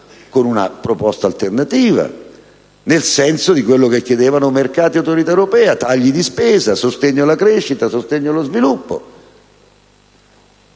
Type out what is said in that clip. con una proposta alternativa, nel senso di quello che chiedono i mercati e l'autorità europea, cioè tagli di spesa e sostegno alla crescita e allo sviluppo.